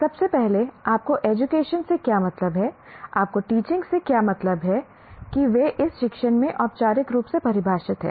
सबसे पहले आपको एजुकेशन से क्या मतलब है आपको टीचिंग से क्या मतलब है कि वे इस शिक्षण में औपचारिक रूप से परिभाषित हैं